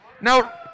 Now